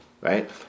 Right